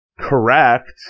correct